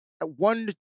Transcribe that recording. one